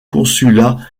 consulat